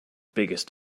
biggest